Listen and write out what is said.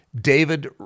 David